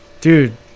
Dude